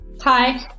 Hi